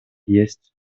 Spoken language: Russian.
есть